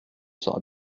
sera